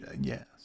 Yes